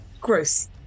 gross